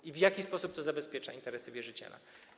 I w jaki sposób to zabezpiecza interesy wierzyciela?